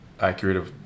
accurate